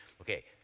Okay